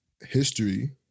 history